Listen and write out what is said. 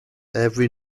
every